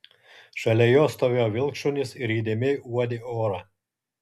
šalia jo stovėjo vilkšunis ir įdėmiai uodė orą